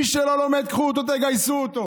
מי שלא לומד, קחו אותו, תגייסו אותו.